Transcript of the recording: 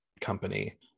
company